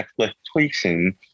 exploitation